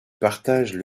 partagent